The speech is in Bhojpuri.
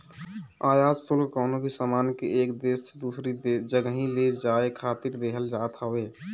आयात शुल्क कवनो भी सामान के एक देस से दूसरा जगही ले जाए खातिर देहल जात हवे